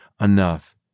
enough